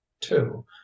Two